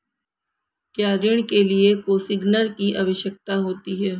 क्या ऋण के लिए कोसिग्नर की आवश्यकता होती है?